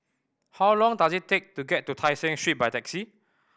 how long does it take to get to Tai Seng Street by taxi